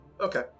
Okay